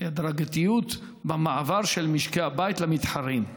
הדרגתיות במעבר של משקי הבית למתחרים,